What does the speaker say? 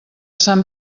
sant